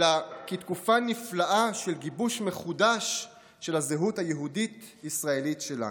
אלא כתקופה נפלאה של גיבוש מחודש של הזהות היהודית-ישראלית שלנו.